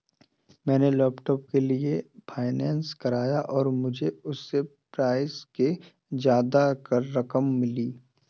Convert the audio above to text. मैंने लैपटॉप के लिए फाइनेंस कराया और मुझे उसके प्राइज से ज्यादा रकम मिली